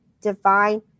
divine